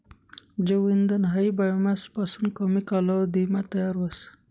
जैव इंधन हायी बायोमास पासून कमी कालावधीमा तयार व्हस